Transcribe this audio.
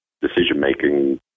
decision-making